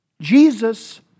Jesus